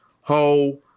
ho